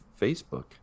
Facebook